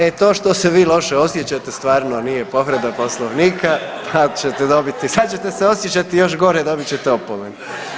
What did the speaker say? E to što se vi loše osjećate stvarno nije povreda Poslovnika, pa čete dobiti, sad ćete se osjećati još gore, dobit ćete opomenu.